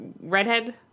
Redhead